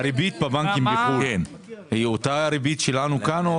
הריבית בבנקים בחו"ל היא כמו זו שאצלנו כאן?